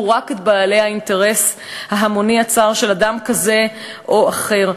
רק את האינטרס הממוני הצר של אדם כזה או אחר.